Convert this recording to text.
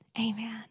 Amen